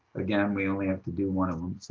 again, we only have to do one of them. so